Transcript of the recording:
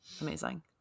amazing